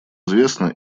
известно